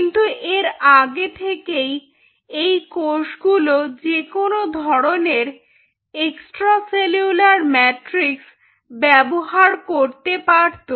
কিন্তু এর আগে থেকেই এই কোষগুলো যেকোনো ধরনের এক্সট্রা সেলুলার ম্যাট্রিক্স ব্যবহার করতে পারত